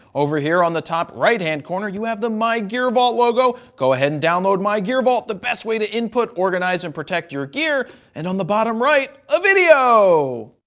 over here on the top right-hand corner, you have the mygearvault logo. go ahead and download mygearvault, the best way to input, organize, and protect your gear and on the bottom right a video.